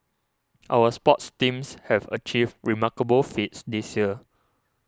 our sports teams have achieved remarkable feats this year